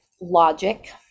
logic